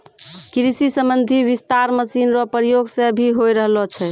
कृषि संबंधी विस्तार मशीन रो प्रयोग से भी होय रहलो छै